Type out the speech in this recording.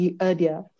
earlier